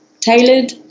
tailored